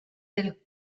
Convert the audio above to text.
del